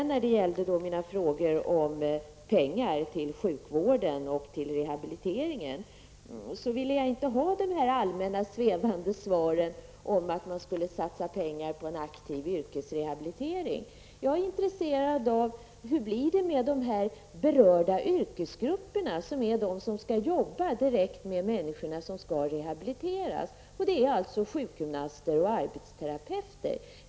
När jag ställde mina frågor om pengar till sjukvården och till rehabiliteringen, ville jag inte ha de allmänna svepande svaren om att man skall satsa pengar på en aktiv yrkesrehabilitering. Jag är intresserad av hur det blir med de berörda yrkesgrupperna, som direkt skall arbeta med de människor som skall rehabiliteras, dvs. sjukgymnaster och arbetsterapeuter.